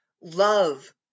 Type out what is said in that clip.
love